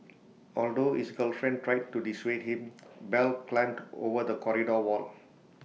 although his girlfriend tried to dissuade him bell climbed over the corridor wall